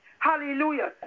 Hallelujah